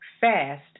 Fast